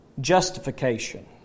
justification